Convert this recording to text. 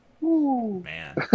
Man